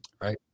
Right